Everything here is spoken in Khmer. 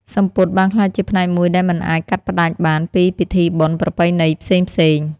សំពត់បានក្លាយជាផ្នែកមួយដែលមិនអាចកាត់ផ្ដាច់បានពីពិធីបុណ្យប្រពៃណីផ្សេងៗ។